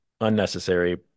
unnecessary